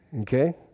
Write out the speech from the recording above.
Okay